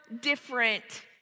different